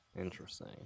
Interesting